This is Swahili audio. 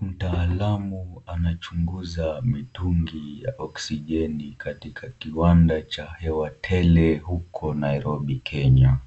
Mtaalamu anachunguza mitungi ya oksijeni katika kiwanda cha hewa tele huko Nairobi Kenya.